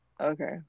Okay